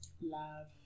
Love